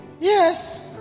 yes